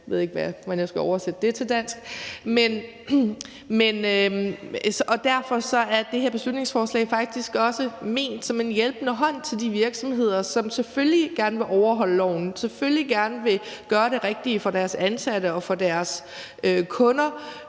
jeg ved ikke, hvordan jeg skal oversætte det til dansk. Derfor er det her beslutningsforslag faktisk også ment som en hjælpende hånd til de virksomheder, som selvfølgelig gerne vil overholde loven og selvfølgelig gerne vil gøre det rigtige for deres ansatte og for deres kunder,